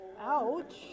Ouch